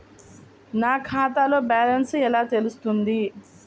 నా ఖాతాలో బ్యాలెన్స్ ఎలా తెలుస్తుంది?